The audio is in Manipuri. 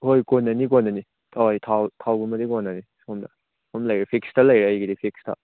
ꯍꯣꯏ ꯀꯣꯟꯅꯅꯤ ꯀꯣꯟꯅꯅꯤ ꯍꯣꯏ ꯊꯥꯎ ꯊꯥꯎꯒꯨꯝꯕꯗꯤ ꯀꯣꯟꯅꯅꯤ ꯁꯣꯝꯗ ꯁꯣꯝ ꯂꯩꯔꯦ ꯐꯤꯛꯁꯇ ꯂꯩꯔꯦ ꯑꯩꯒꯤꯗꯤ ꯐꯤꯛꯁꯇ